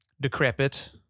decrepit